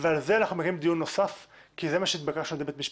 ועל זה אנחנו מקיימים דיון נוסף כי זה מה שהתבקשנו על ידי בית משפט.